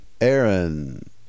Aaron